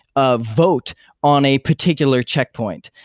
ah vote on a particular checkpoint.